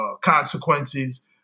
consequences